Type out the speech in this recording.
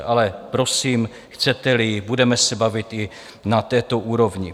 Ale prosím, chceteli, budeme se bavit i na této úrovni.